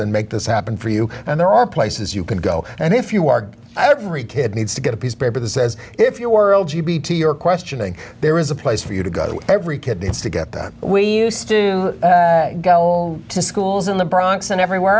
and make this happen for you and there are places you can go and if you are every kid needs to get a piece of paper that says if your world you be to your questioning there is a place for you to go every kid needs to get that we used to go to schools in the bronx and everywhere